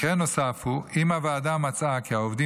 מקרה נוסף הוא אם הוועדה מצאה כי העובדים